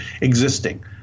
existing